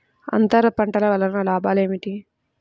అంతర పంటల వలన లాభాలు ఏమిటి?